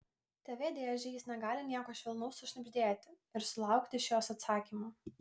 tv dėžei jis negali nieko švelnaus sušnibždėti ir sulaukti iš jos atsakymo